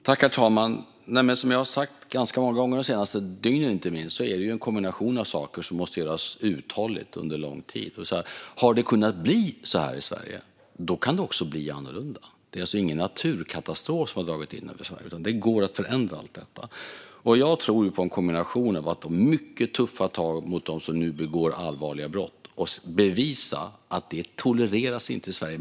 Herr talman! Som jag har sagt ganska många gånger, inte minst de senaste dygnen, är det en kombination av saker som måste göras uthålligt under lång tid. Har det kunnat bli så här i Sverige kan det också bli annorlunda. Det är ingen naturkatastrof som har dragit in över Sverige, utan det går att förändra allt detta. Jag tror på en kombination. Vi ska ta mycket tuffa tag mot dem som nu begår allvarliga brott och visa att detta inte tolereras i Sverige.